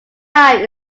time